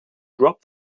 drop